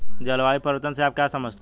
जलवायु परिवर्तन से आप क्या समझते हैं?